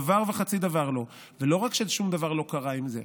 דבר וחצי דבר לא, ולא רק ששום דבר לא קרה עם זה,